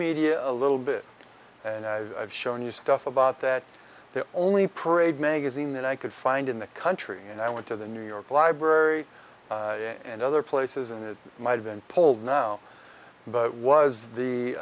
media a little bit and show new stuff about that the only parade magazine that i could find in the country and i went to the new york library and other places and it might have been pulled now but it was the